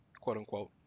quote-unquote